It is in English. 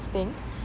thing